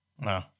No